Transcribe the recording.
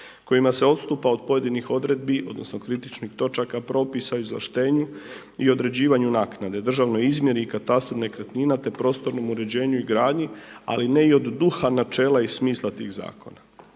kojima se odstupa od pojedinih odredbi, odnosno kritičnih točaka propisa o izvlaštenju i određivanju naknade, državnoj izmjeri i katastru nekretnina, te prostornom uređenju i gradnji ali ne i od duha načela i smisla tih zakona.